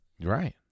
Right